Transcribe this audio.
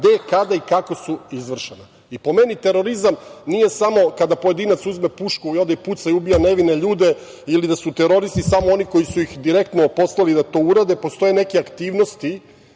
gde, kada i kako su izvršena. Po meni terorizam nije samo kada pojedinac uzme pušku i ode i puca i ubija nevine ljude ili da su teroristi samo oni koji su ih direktno poslali da to urade, postoje neke aktivnosti